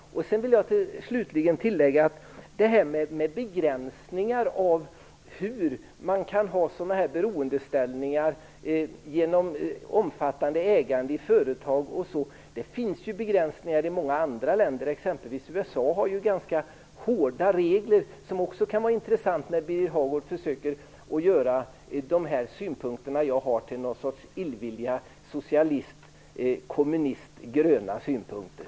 Slutligen vill jag tillägga att när det gäller begränsningar av hur man kan ha beroendeställning genom omfattande ägande i företag eller liknande, finns det begränsningar i många andra länder. USA har exempelvis ganska hårda regler. Det kan vara intressant att veta när Birger Hagård försöker göra de synpunkter jag har till någon sorts illvilliga socialistkommunist-gröna synpunkter.